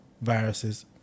viruses